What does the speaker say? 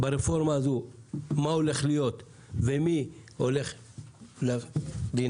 מה הולך להיות ברפורמה הזאת ומי הולך להינזק